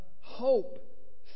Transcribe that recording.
hope